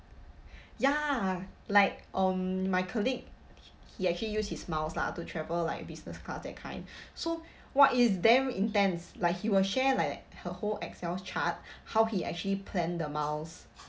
ya like um my colleague he he actually use his miles lah to travel like business class that kind so !wah! is damn intense like he will share like her whole excel chart how he actually plan the miles